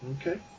Okay